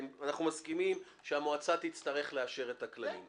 הרי אנחנו מסכימים שהמועצה תצטרך לאשר את הכללים.